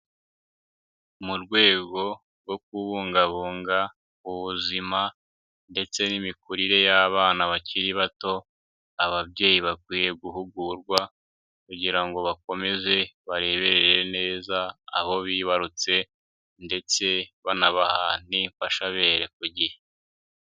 Mu rwego rwo kubungabunga ubuzima ndetse n'imikurire y'abana bakiri bato, ababyeyi bakwiye guhugurwa kugira ngo bakomeze bareberere neza aho bibarutse ndetse banabaha n'imfashabere ku gihe.